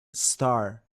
star